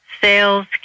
Sales